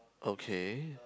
okay